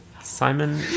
Simon